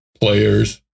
players